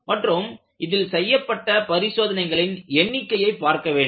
மற்றும் இதில் செய்யப்பட்ட பரிசோதனைகளின் எண்ணிக்கையை பார்க்க வேண்டும்